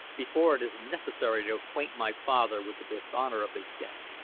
before it is necessary to acquaint my father with the dishonor of his guest.